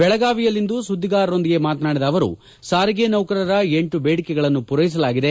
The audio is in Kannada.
ಬೆಳಗಾವಿಯಲ್ಲಿ ಇಂದು ಸುದ್ದಿಗಾರರೊಂದಿಗೆ ಮಾತನಾಡಿದ ಅವರು ಸಾರಿಗೆ ನೌಕರರ ಎಂಟು ಬೇಡಿಕೆಗಳನ್ನು ಪೂರೈಸಲಾಗಿದೆ